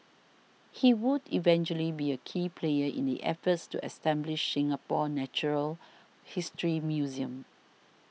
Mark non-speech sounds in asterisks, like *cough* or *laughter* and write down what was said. *noise* he would eventually be a key player in the efforts to establish Singapore's natural history museum